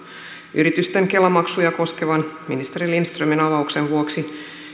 yritysten kela maksuja koskevan ministeri lindströmin avauksen vuoksi